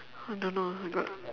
I don't know I got